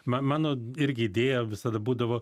man mano irgi idėja visada būdavo